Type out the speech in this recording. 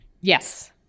yes